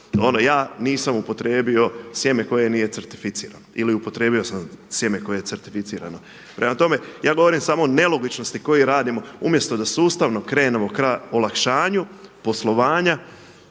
ja nisam upotrijebio sjeme koje nije certificirano, ili upotrijebio sam sjeme koje je certificirano. Prema tome, ja govorim samo o nelogičnostima koje radimo, umjesto da sustavno krenemo ka olakšanju poslovanja